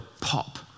pop